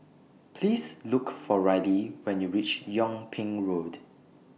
Please Look For Rylee when YOU REACH Yung Ping Road